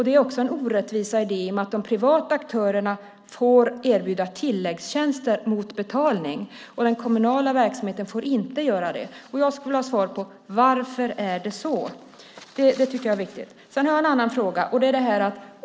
Det är också en orättvisa i det i och med att de privata aktörerna får erbjuda tilläggstjänster mot betalning, och den kommunala verksamheten får inte göra det. Jag skulle vilja ha svar på varför det är så. Det tycker jag är viktigt. Sedan har jag en annan fråga.